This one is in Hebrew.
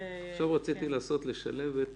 לשלב את